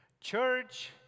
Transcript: Church